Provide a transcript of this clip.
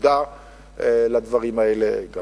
מודע לדברים האלה גם